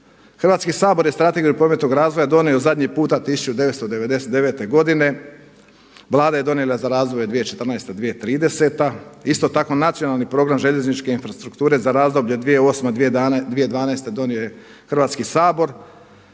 Hrvatski sabor je Strategiju prometnog razvoja donio zadnji puta 1999. godine, Vlada je donijela za razvoj 2014.-ta, 2030. Isto tako nacionalni program željezničke infrastrukture za razdoblje 2008., 2012. donio je Hrvatski sabor.